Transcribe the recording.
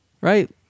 Right